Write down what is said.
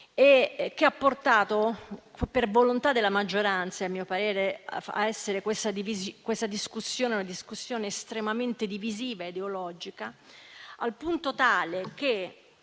che ha portato, per volontà della maggioranza a mio parere, a essere questa una discussione estremamente divisiva e ideologica, al punto tale che,